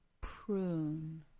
prune